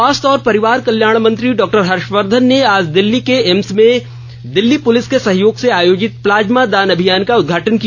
स्वास्थ्य और परिवार कल्याण मंत्री डॉ हर्षवर्धन ने आज दिल्ली के एम्से में दिल्लीय पुलिस के सहयोग से आयोजित प्लाज्मा दान अभियान का उद्घाटन किया